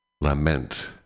Lament